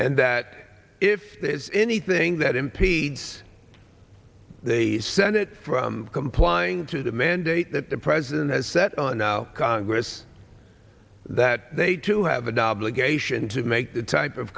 and that if there's anything that impedes the senate from complying to the mandate that the president has set on a congress that they to have and obligation to make the type of